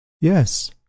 Yes